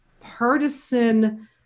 partisan